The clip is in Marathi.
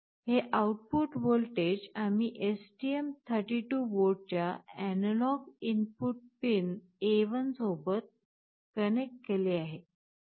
हे आउटपुट व्होल्टेज आम्ही STM 32 बोर्डच्या एनालॉग इनपुट पिन A1 सोबत कनेक्ट केले आहे